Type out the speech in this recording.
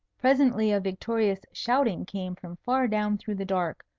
presently a victorious shouting came from far down through the dark.